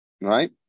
right